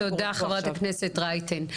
תודה חברת הכנסת רייטן,